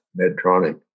Medtronic